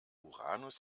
uranus